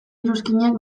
iruzkinek